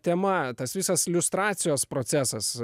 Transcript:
tema tas visas liustracijos procesas